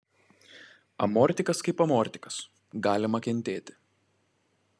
amortikas kaip amortikas galima kentėti